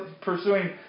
pursuing